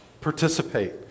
Participate